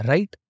Right